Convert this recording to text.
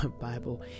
Bible